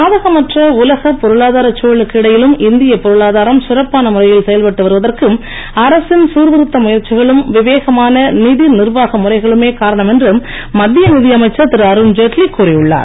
சாதகமற்ற உலகப் பொருளாதாரச் தழலுக்கு இடையிலும் இந்திய பொருளாதாரம் சிறப்பான முறையில் செயல்பட்டு வருவதற்கு அரசின் சிர்திருத்த முயற்சிகளும் விவேகமான ந்தி நிர்வாக முறைகளுமே காரணம் என்று மத்திய ந்தியமைச்சர் திரு அருண் ஜெட்லி கூறி உள்ளார்